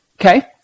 Okay